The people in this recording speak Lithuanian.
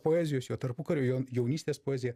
poezijos jo tarpukariu jo jaunystės poezija